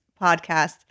podcast